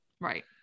right